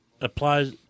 Applies